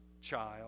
child